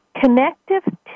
connective